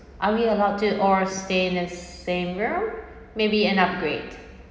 are we allowed to all stay in the same room maybe an upgrade